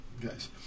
guys